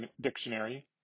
Dictionary